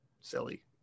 silly